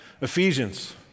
Ephesians